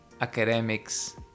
academics